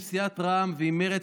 עם סיעות רע"מ ומרצ,